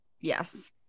yes